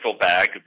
bag